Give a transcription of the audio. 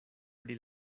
pri